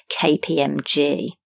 KPMG